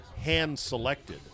hand-selected